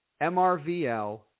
MRVL